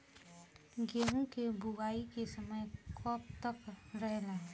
गेहूँ के बुवाई के समय कब तक रहेला?